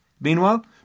Meanwhile